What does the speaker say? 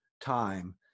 time